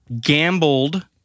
gambled